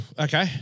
okay